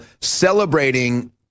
celebrating